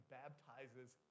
baptizes